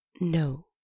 No